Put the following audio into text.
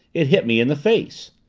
it hit me in the face!